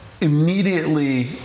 immediately